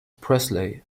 presley